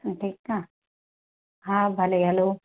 ठीकु आहे हा भले हलो